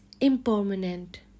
impermanent